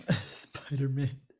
Spider-Man